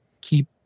keep